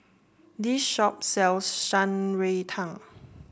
this shop sells Shan Rui Tang